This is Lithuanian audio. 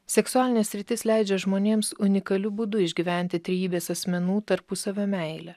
seksualinė sritis leidžia žmonėms unikaliu būdu išgyventi trejybės asmenų tarpusavio meilę